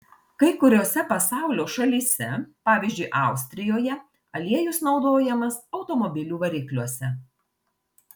kai kuriose pasaulio šalyse pavyzdžiui austrijoje aliejus naudojamas automobilių varikliuose